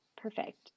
Perfect